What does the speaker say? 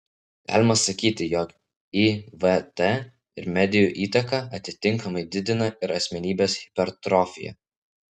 galima sakyti jog ivt ir medijų įtaka atitinkamai didina ir asmenybės hipertrofiją